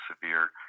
severe